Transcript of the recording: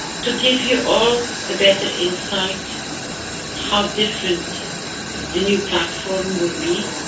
to give you all a better insight how different the new platform will be,